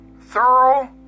thorough